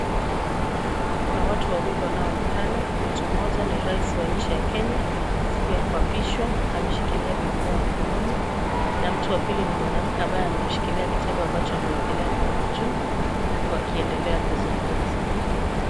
Kuna watu wawili wanaoonekana, mtu mmoja ni rais wa nchi ya Kenya. Siku ya kuapishwa, ameshikilia bibilia mkononi na mtu wa pili ni mwanamke ambaye amemshikilia kitabu ambacho amewekelea mkono juu huku akiendelea kuzungumza.